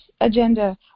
agenda